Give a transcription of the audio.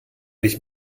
mich